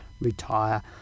retire